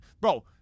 Bro